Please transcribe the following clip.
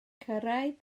cyrraedd